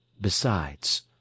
Besides